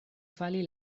fali